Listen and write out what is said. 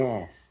Yes